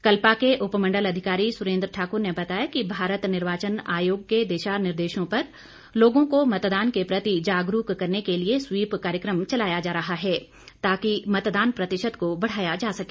कल्पा के उपमंडल अधिकारी सुरेंद्र ठाक्र ने बताया कि भारत निर्वाचन आयोग के दिशा निर्देशों पर लोगों को मतदान के प्रति जागरूक करने के लिए स्वीप कार्यक्रम चलाया जा रहा है ताकि मतदान प्रतिशत को बढ़ाया जा सके